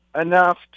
Enough